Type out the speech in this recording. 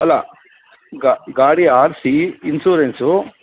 ಅಲ್ಲ ಗಾಡಿ R C insurance